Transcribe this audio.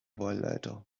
wahlleiter